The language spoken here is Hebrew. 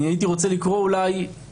הייתי רוצה לקרוא לכם,